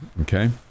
okay